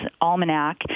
Almanac